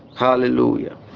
hallelujah